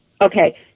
Okay